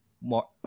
More